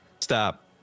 Stop